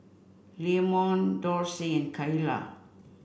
Leamon Dorsey and Kaela